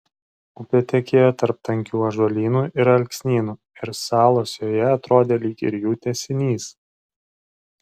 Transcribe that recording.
upė tekėjo tarp tankių ąžuolynų ir alksnynų ir salos joje atrodė lyg ir jų tęsinys